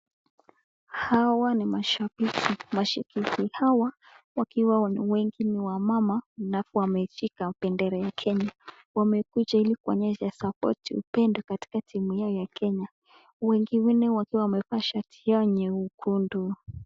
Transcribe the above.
Hawa ni mashabiki. Mashabiki hawa wakiwa wengi ni wamama na hapo ameshika bendera ya Kenya. Wamekuja ili kuonyesha support upendo katika timu yao ya Kenya. Wengi wao wakiwa wamevaa shati yao ya nyekundu.